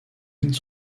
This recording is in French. lignes